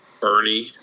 Bernie